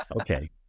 Okay